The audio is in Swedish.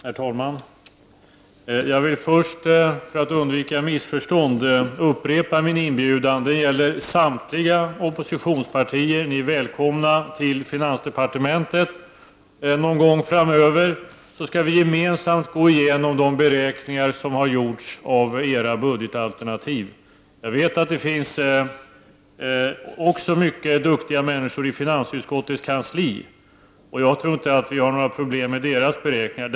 Herr talman! Jag vill först, för att undvika missförstånd, upprepa min inbjudan. Den gäller samtliga oppositionspartier. Ni är välkomna till finansdepartementet någon gång framöver, så skall vi gemensamt gå igenom de beräkningar som har gjorts i era budgetalternativ. Jag vet att det också finns mycket duktiga människor i finansutskottets kansli, och jag tror inte att vi har några problem med deras beräkningar.